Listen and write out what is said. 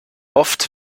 oft